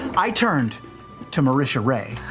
and i turned to marisha ray.